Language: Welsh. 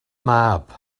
mab